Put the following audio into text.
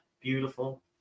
Beautiful